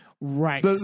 Right